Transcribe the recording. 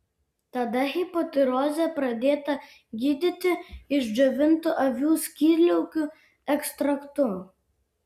tada hipotirozė pradėta gydyti išdžiovintu avių skydliaukių ekstraktu